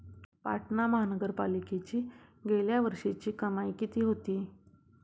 पाटणा महानगरपालिकेची गेल्या वर्षीची कमाई किती होती?